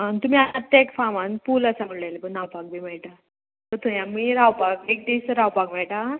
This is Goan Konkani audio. तुमी आत्तां एक फामान पूल आसा म्हणलेलें पळय न्हांवपाक बी मेळटा सो थंय आमी रावपाक एक दीस रावपाक मेळटा